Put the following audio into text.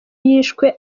yishwe